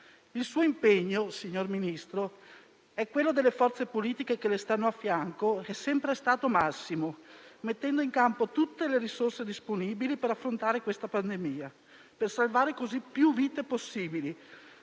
l'impegno suo e quello delle forze politiche che le stanno a fianco sono sempre stati massimi, mettendo in campo tutte le risorse disponibili per affrontare questa pandemia e salvare così più vite possibili.